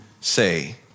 say